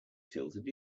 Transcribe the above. tilted